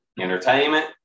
entertainment